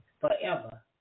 forever